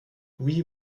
oui